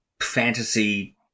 fantasy